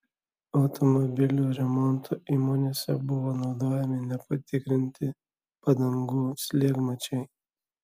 automobilių remonto įmonėse buvo naudojami nepatikrinti padangų slėgmačiai